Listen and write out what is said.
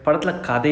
okay